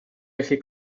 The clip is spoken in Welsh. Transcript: gallu